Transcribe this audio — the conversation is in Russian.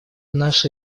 наша